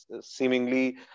seemingly